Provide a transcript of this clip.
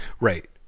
Right